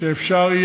לא אני, אבל זה מגיע